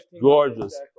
gorgeous